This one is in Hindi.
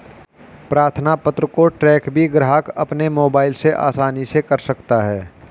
प्रार्थना पत्र को ट्रैक भी ग्राहक अपने मोबाइल से आसानी से कर सकता है